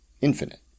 infinite